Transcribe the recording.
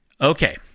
Okay